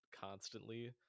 constantly